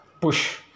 push